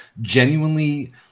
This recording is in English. genuinely